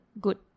good